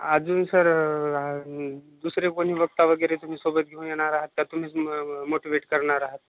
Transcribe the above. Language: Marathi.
अजून सर दुसरे कोणी वक्ता वगैरे तुम्ही सोबत घेऊन येणार आहात का तुम्हीच मोटिवेट करणार आहात